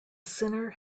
sinner